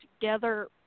together